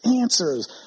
answers